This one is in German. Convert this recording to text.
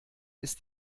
ist